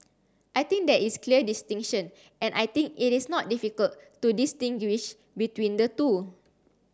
I think there is clear distinction and I think it is not difficult to distinguish between the two